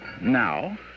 Now